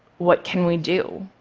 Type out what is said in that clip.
what can we do?